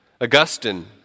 Augustine